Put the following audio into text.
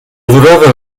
durada